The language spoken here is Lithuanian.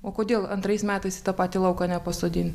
o kodėl antrais metais į tą patį lauką nepasodint